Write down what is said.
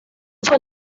fue